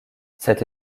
cette